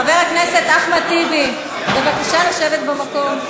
חבר הכנסת אחמד טיבי, בבקשה לשבת במקום.